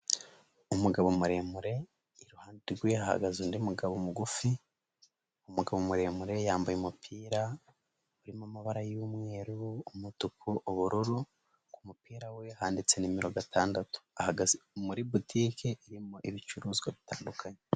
Umugabo muremure iruhande rwe hahagaze undi mugabo mugufi, umugabo muremure yambaye umupira, urimo amabara y'umweru, umutuku, ubururu ku mupira we handitse nimero gatandatu, muri butike irimo ibicuruzwa bitandukanye.